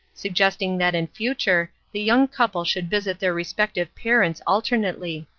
suggesting that in future the young couple should visit their respective parents alternately.